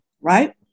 right